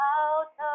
out